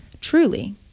Truly